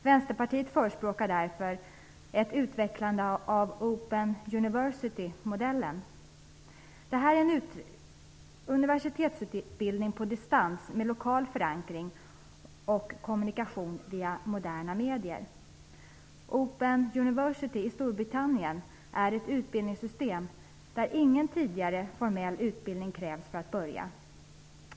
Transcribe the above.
Vänsterpartiet förespråkar därför ett utvecklande av Open University-modellen. Det är fråga om en universitetsutbildning på distans, med lokal förankring och kommunikation via moderna medier. Open University i Storbritannien är ett utbildningssystem där det inte krävs någon formell utbildning för att få börja.